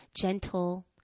gentle